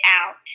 out